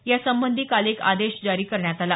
यासंबधी काल एक आदेश जारी करण्यात आला